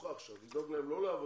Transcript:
הפוכה עכשיו, לא לדאוג להם לעבודה,